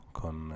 con